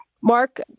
Mark